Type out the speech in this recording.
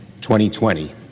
2020